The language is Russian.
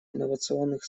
инновационных